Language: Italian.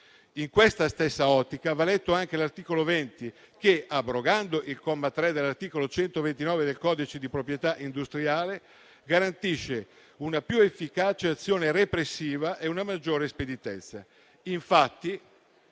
In questa stessa ottica va letto anche l'articolo 20 che, abrogando il comma 3 dell'articolo 129 del codice di proprietà industriale, garantisce una più efficace azione repressiva e una maggiore speditezza.